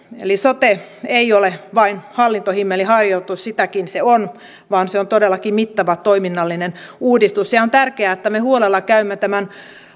eli sote ei ole vain hallintohimmeliharjoitus sitäkin se on vaan se on todellakin mittava toiminnallinen uudistus ja ja on tärkeää että me huolella käymme läpi tämän